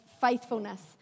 faithfulness